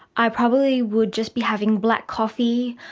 i probably would just be having black coffee,